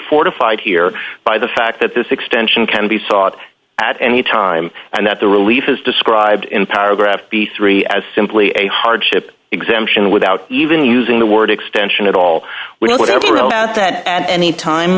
fortified here by the fact that this extension can be sought at any time and that the relief is described in paragraph b three as simply a hardship exemption without even using the word extension at all we also do know that at any time